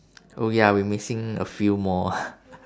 oh ya we missing a few more ah